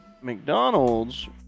McDonald's